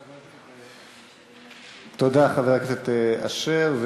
תודה, חבר הכנסת אשר.